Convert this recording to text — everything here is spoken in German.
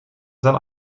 sein